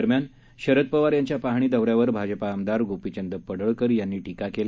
दरम्यान शरद पवार यांच्या पाहणी दौऱ्यावर भाजप आमदार गोपिचंद पडळकर यांनी टीका केली